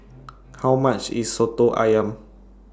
How much IS Soto Ayam